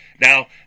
Now